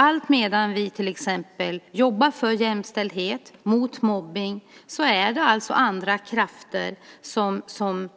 Alltmedan vi till exempel jobbar för jämställdhet och mot mobbning är det andra krafter som